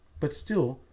but still,